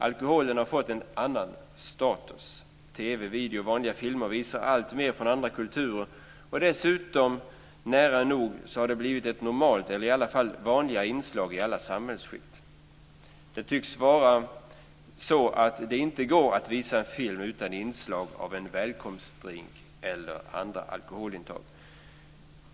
Alkoholen har fått en annan status. TV, video och vanliga filmer visar alltmer från andra kulturer, och dessutom har alkoholen nära nog blivit ett normalt eller i alla fall vanligt inslag i alla samhällsskikt. Det tycks vara så att det inte går att visa en film utan inslag av välkomstdrinkar eller andra alkoholintag.